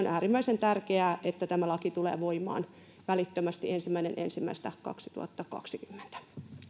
äärimmäisen tärkeää että tämä laki tulee voimaan välittömästi ensimmäinen ensimmäistä kaksituhattakaksikymmentä